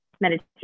meditation